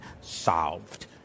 solved